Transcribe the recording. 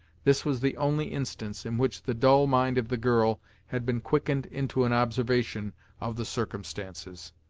this was the only instance in which the dull mind of the girl had been quickened into an observation of the circumstances.